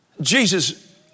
Jesus